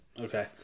Okay